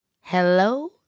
Hello